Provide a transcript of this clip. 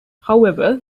however